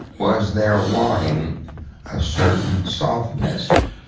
was there wanting a certain softness,